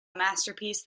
masterpiece